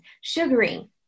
sugaring